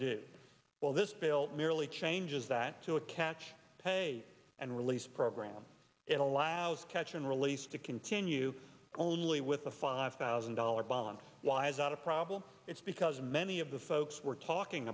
do well this bill merely changes that to a catch pay and release program it allows catch and release to continue only with a five thousand dollars balance was not a problem it's because many of the folks we're talking